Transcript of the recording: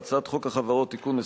בהצעת חוק החברות (תיקון,